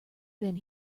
been